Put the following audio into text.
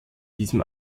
diesem